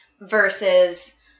Versus